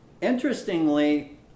Interestingly